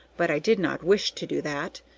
but i did not wish to do that,